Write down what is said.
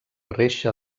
reixa